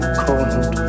cold